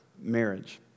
marriage